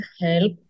help